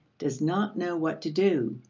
does not know what to do.